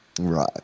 Right